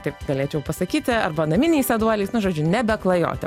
taip galėčiau pasakyti arba naminiais meduoliais nu žodžiu nebe klajoti